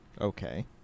Okay